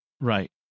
Right